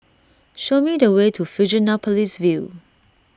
show me the way to Fusionopolis View